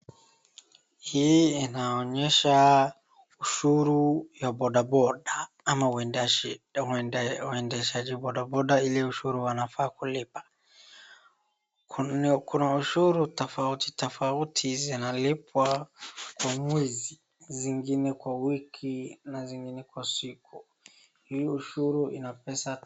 Hii inaonyesha ushuru ya bodaboda ama wendeshaji bodaboda Ile ushuru wanafaa kulipa. Kuna ushuru tofauti tofauti zinalipwa Kwa mwezi, zingine Kwa wiki na zingine Kwa siku. Hii ushuru Ina pesa...